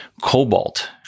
Cobalt